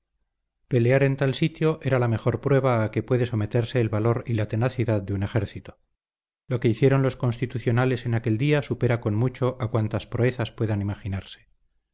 pelear en tal sitio era la mejor prueba a que puede someterse el valor y la tenacidad de un ejército lo que hicieron los constitucionales en aquel día supera con mucho a cuantas proezas pudieran imaginarse